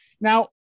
Now